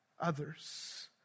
others